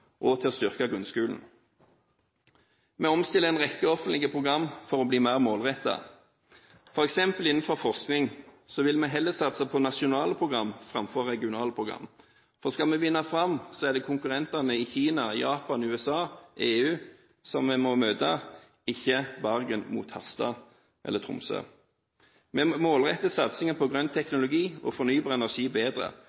og til å styrke grunnskolen. Vi omstiller en rekke offentlige program for å bli mer målrettet. For eksempel innenfor forskning vil vi heller satse på nasjonale program framfor regionale program. For skal vi vinne fram, er det konkurrentene i Kina, Japan, USA og EU som vi må møte, ikke bare i Harstad eller Tromsø. Vi målretter satsingen på grønn